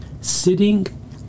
sitting